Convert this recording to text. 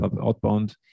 outbound